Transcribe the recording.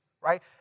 right